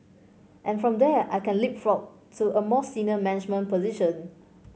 and from there I can leapfrog to a more senior management position